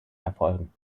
erfolgen